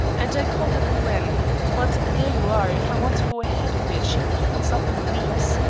and i call her gwen but there you are if i want to go ahead a bit she pulls up and weeps.